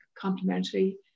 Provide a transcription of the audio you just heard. complementary